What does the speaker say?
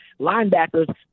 linebackers